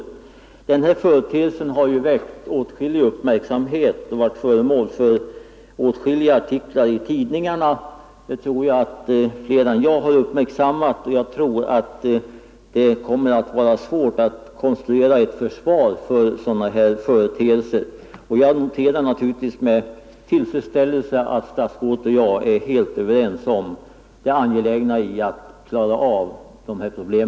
Denna företeelse har väckt åtskillig uppmärksamhet och varit föremål för åtskilliga artiklar i tidningarna. Det tror jag att fler än jag har uppmärksammat, och jag tror att det kommer att vara svårt att konstruera ett försvar för sådana här företeelser. Jag noterar med tillfredsställelse att statsrådet och jag är helt överens om det angelägna i att klara av dessa problem.